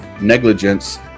negligence